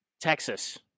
Texas